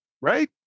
right